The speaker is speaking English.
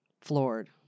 floored